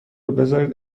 بذارید